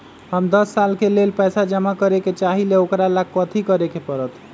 हम दस साल के लेल पैसा जमा करे के चाहईले, ओकरा ला कथि करे के परत?